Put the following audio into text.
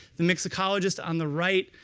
the mixicologist on the right,